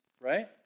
right